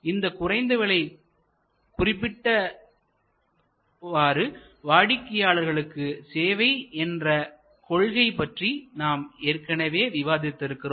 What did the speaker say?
இந்த குறைந்த விலை குறிப்பிட்டவாறு வாடிக்கையாளர்களுக்கு சேவை என்ற கொள்கை பற்றி நாம் ஏற்கனவே விவாதித்திருக்கிறோம்